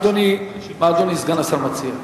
אדוני, מה אדוני סגן השר מציע?